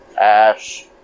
Ash